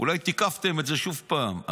אולי תיקפתם את זה שוב פעם,